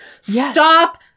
stop